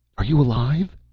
are you alive?